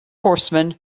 horseman